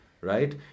Right